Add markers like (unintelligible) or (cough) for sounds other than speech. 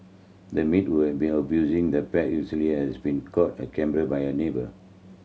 the maid who have been abusing the pet (unintelligible) has been caught a camera by a neighbour